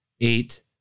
eight